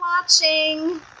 watching